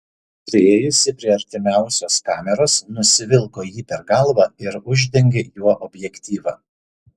priėjusi prie artimiausios kameros nusivilko jį per galvą ir uždengė juo objektyvą